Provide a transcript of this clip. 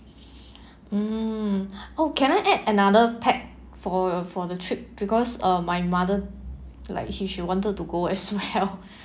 mm oh can I add another pax for for the trip because uh my mother like she she wanted to go as well